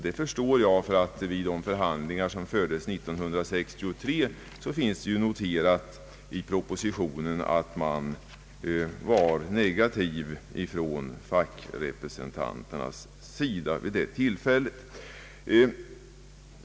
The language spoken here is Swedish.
Det förstår jag, ty vid de förhandlingar som fördes 1963 var fackrepresentanterna negativa — det finns noterat i propositionen.